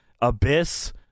Abyss